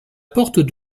porte